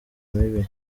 mibi